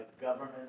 government